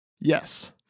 Yes